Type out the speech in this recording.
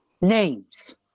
Names